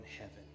heaven